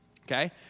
Okay